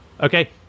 okay